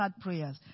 prayers